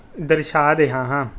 ਦਰਸਾ ਰਿਹਾ ਹਾਂ